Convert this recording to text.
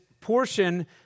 portion